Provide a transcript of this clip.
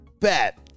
Bet